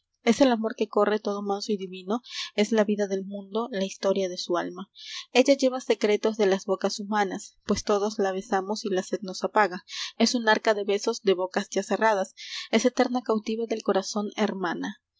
manso y divino es la vida del mundo la historia de su alma ella lleva secretos de las bocas humanas pues todos la besamos y la sed nos apaga es un arca de besos de bocas ya cerradas es eterna cautiva del corazón hermana